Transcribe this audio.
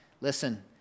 listen